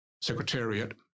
secretariat